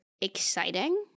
exciting